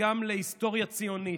וגם להיסטוריה ציונית,